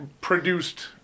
produced